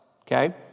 okay